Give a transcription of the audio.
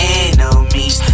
enemies